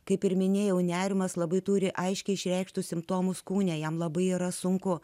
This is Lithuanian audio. kaip ir minėjau nerimas labai turi aiškiai išreikštus simptomus kūne jam labai yra sunku